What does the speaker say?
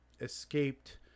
escaped